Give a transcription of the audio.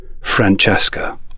Francesca